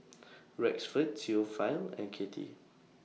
Rexford Theophile and Katie